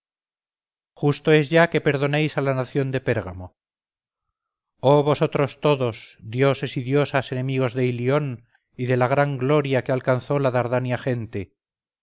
justo es ya que perdonéis a la nación de pérgamo oh vosotros todos dioses y diosas enemigos de ilión y de la gran gloria que alcanzó la dardania gente